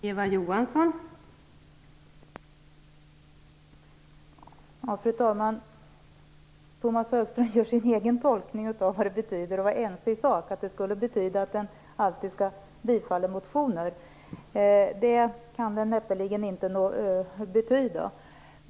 Fru talman! Tomas Högström gör sin egen tolkning om vad det innebär att vara ense i sak. Det skulle alltså betyda att man alltid biföll motioner. Så kan det näppeligen inte vara.